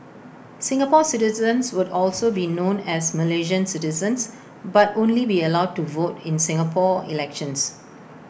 Singapore citizens would also be known as Malaysian citizens but only be allowed to vote in Singapore elections